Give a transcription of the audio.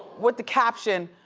with the caption,